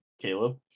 Caleb